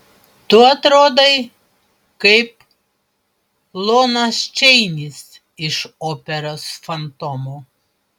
tu atrodai kaip lonas čeinis iš operos fantomo